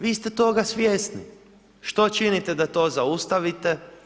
Vi ste toga svjesni, što činite da to zaustavite?